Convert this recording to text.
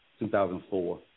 2004